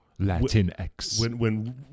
Latinx